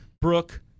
Brooke